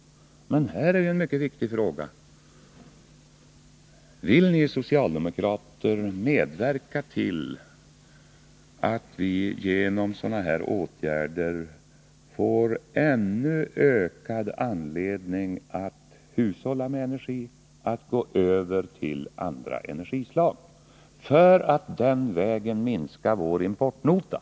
Jag vill i detta sammanhang ställa en mycket viktig fråga: Vill ni socialdemokrater medverka till att vi genom sådana här åtgärder får ännu större anledning att hushålla med energi och gå över till andra energislag för att den vägen minska vår importnota?